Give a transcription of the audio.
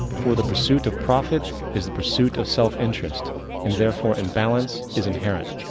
for the pursuit of profit is the persuit of self interest and therefore imbalance is inherent.